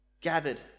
gathered